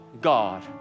God